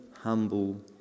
humble